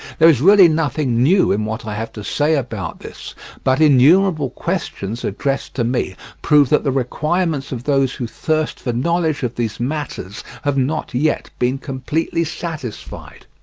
there is really nothing new in what i have to say about this but innumerable questions addressed to me prove that the requirements of those who thirst for knowledge of these matters have not yet been completely satisfied.